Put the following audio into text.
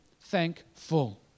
thankful